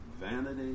vanity